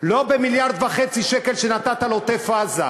לא במיליארד וחצי שקל שנתת לעוטף-עזה.